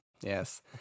Yes